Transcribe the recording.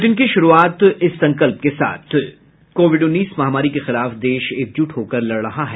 bulletin की शुरूआत इस संकल्प के साथ कोविड उन्नीस महामारी के खिलाफ देश एकजुट होकर लड़ रहा है